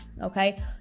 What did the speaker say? okay